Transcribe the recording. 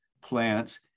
plants